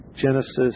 Genesis